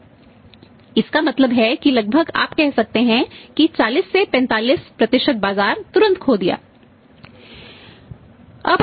तो इसका मतलब है कि लगभग आप कह सकते हैं कि 40 से 45 बाजार तुरंत खो दीया हैं